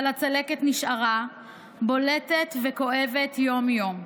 אבל הצלקת נשארה בולטת וכואבת יום-יום.